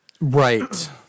Right